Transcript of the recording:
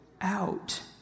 out